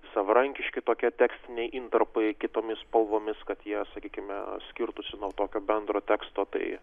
savarankiški tokie tekstiniai intarpai kitomis spalvomis kad jie sakykime skirtųsi nuo tokio bendro teksto tai